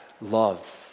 love